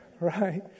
Right